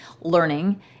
learning